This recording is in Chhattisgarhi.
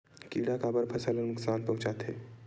किड़ा काबर फसल ल नुकसान पहुचाथे?